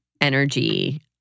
energy